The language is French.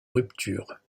rupture